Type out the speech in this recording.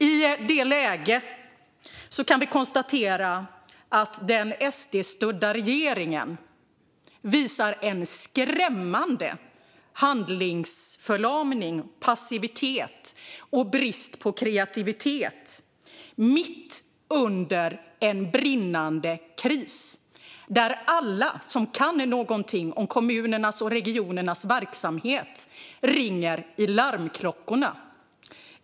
I detta läge kan vi konstatera att den SD-stödda regeringen visar en skrämmande handlingsförlamning, passivitet och brist på kreativitet mitt under en brinnande kris, där alla som kan någonting om kommunernas och regionernas verksamhet ringer i larmklockorna.